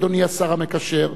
אדוני השר המקשר,